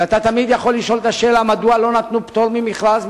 ואתה תמיד יכול לשאול את השאלה מדוע לא נתנו פטור ממכרז.